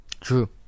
true